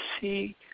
see